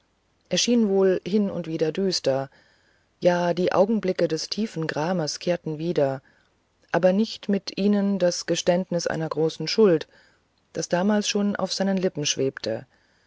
schien wohl hin und wieder düster ja die augenblicke des tiefen grames kehrten wieder aber nicht mit ihnen das geständnis einer großen schuld das damals schon auf seinen lippen schwebte